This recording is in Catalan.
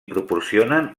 proporcionen